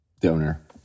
donor